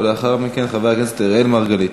ולאחר מכן, חבר הכנסת אראל מרגלית.